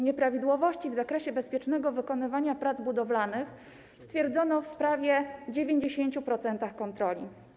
Nieprawidłowości w zakresie bezpiecznego wykonywania prac budowlanych stwierdzono w prawie 90% kontroli.